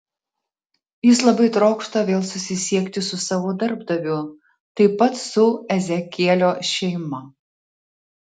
jis labai trokšta vėl susisiekti su savo darbdaviu taip pat su ezekielio šeima